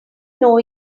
know